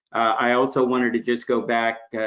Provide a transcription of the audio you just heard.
i also wanted to just go back,